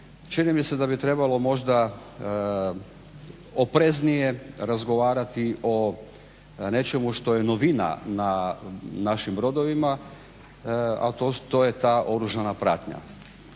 Čini mi se da bi trebalo možda opreznije razgovarati o nečemu što je novina na našim brodovima, a to je ta oružanja pratnja.